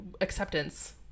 acceptance